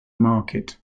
market